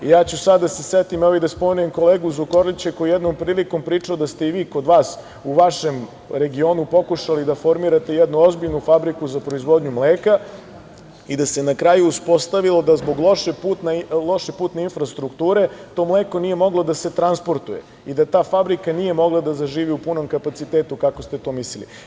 Sada ću da se setim i, evo, da spomenem i kolegu Zukorlića koji je jednom prilikom pričao da ste i vi kod vas u vašem regionu pokušali da formirate jednu ozbiljnu fabriku za proizvodnju mleka i da se na kraju uspostavilo da zbog loše putne infrastrukture to mleko nije moglo da se transportuje i da ta fabrika nije mogla da zaživi u punom kapacitetu, kako ste to mislili.